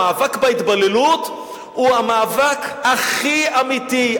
המאבק בהתבוללות הוא המאבק הכי אמיתי,